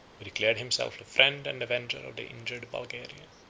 who declared himself the friend and avenger of the injured bulgaria.